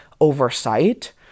oversight